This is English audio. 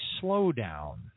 slowdown